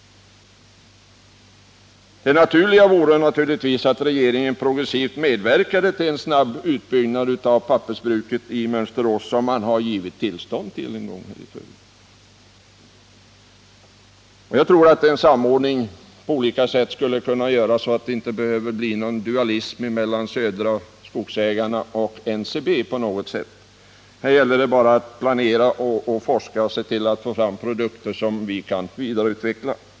Det naturliga vore givetvis att regeringen progressivt medverkade till en snabb utbyggnad av pappersbruket i Mönsterås, som man ju en gång gav tillstånd till. Jag tror att det på olika sätt skulle kunna göras en samordning, så att det inte på något sätt behöver bli en dualism mellan Södra Skogsägarna och NCB. Det gäller bara att planera och forska och se till att vi får fram produkter som kan vidareutvecklas.